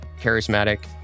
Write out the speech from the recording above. charismatic